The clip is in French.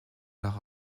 leur